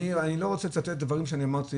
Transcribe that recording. אני לא רוצה לצטט דברים שאני אמרתי